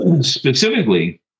specifically